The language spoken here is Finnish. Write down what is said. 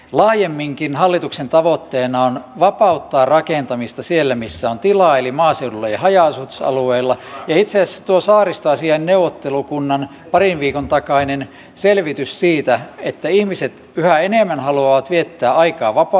laajemminkin hallituksen tavoitteena on vapauttaa rakentamista siellä missä on tilaa eli maaseudulla ja haja asutusalueilla ja itse asiassa tuo saaristoasiain neuvottelukunnan parin viikon takainen selvitys osoittaa että ihmiset yhä enemmän haluavat viettää aikaa vapaa ajanasunnoilla